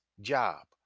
job